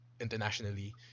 internationally